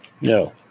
No